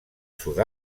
sud